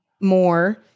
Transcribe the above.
more